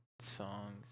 songs